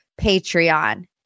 Patreon